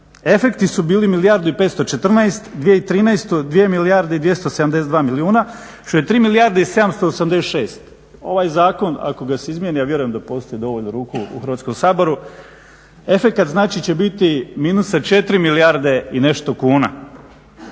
i 272 milijuna, što je 3 milijarde i 786. Ovaj zakon ako ga se izmijeni, a vjerujem da postoji dovoljno ruku u Hrvatskom saboru, efekt će znači biti minusa 4 milijarde i nešto kuna.